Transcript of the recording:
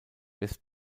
west